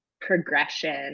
progression